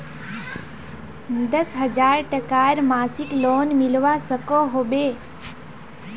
दस हजार टकार मासिक लोन मिलवा सकोहो होबे?